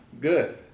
good